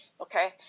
Okay